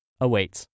awaits